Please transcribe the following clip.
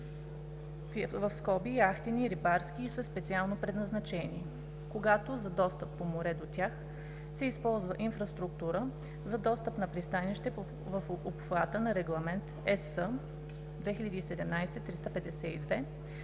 България (яхтени, рибарски и със специално предназначение), когато за достъп по море до тях се използва инфраструктура за достъп на пристанище в обхвата на Регламент (ЕС) 2017/352,